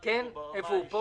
ואשמח לשמוע אותו.